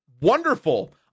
Wonderful